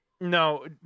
no